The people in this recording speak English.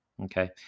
Okay